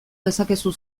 dezakezu